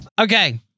Okay